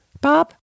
Bob